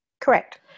Correct